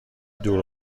دور